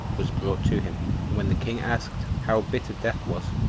was brought to him and when the king asked, how bitter death was?